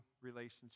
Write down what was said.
relationship